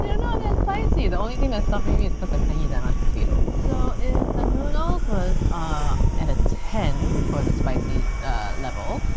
and that spicy, the only thing that's stopping me is because i can't eat that much potato. so if the noodles was ah at a ten for the spicy level,